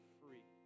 free